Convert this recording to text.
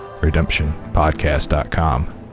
RedemptionPodcast.com